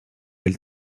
elle